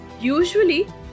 usually